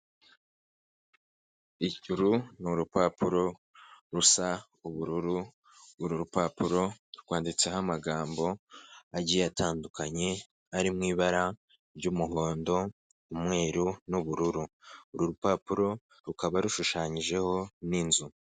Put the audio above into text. Uru nirupapuro rusa ubururu, uru rupapuro rwanditseho amagambo agiye atandukanye ari mu ibara ry'umuhondo umweru n'ubururu uru rupapuro rukaba rushushanyijeho n'inzu.